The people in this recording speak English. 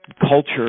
culture